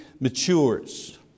matures